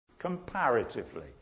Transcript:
comparatively